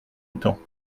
outans